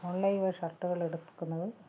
online ഷർട്ടുകൾ എടുക്കുന്നത്